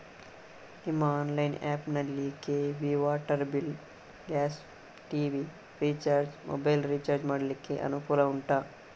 ನಿಮ್ಮ online app ನಲ್ಲಿ KEB, water bill, gas, TV recharge, mobile recharge ಮಾಡ್ಲಿಕ್ಕೆ ಅನುಕೂಲ ಉಂಟಾ